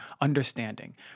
understanding